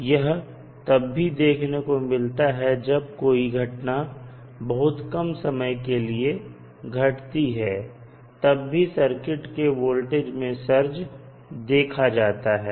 यह तब भी देखने को मिलता है जब कोई घटना बहुत कम समय के लिए घटती है तब भी सर्किट के वोल्टेज में सर्ज देखा जाता है